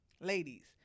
ladies